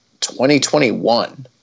2021